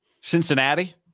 Cincinnati